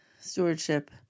stewardship